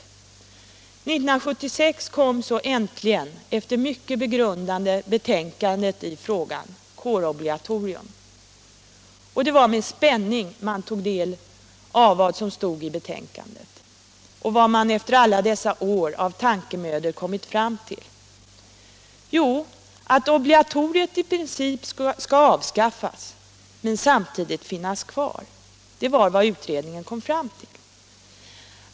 År 1976 kom så äntligen efter mycket begrundande betänkandet i frågan kårobligatorium eller inte kårobligatorium. Det var med spänning man tog del av vad som stod i betänkandet. Och vad hade utredningen efter alla dessa år av tankemödor kommit fram till? Jo, att obligatoriet i princip skulle avskaffas men samtidigt finnas kvar. Det var vad utredningen kom fram till.